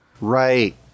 Right